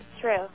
true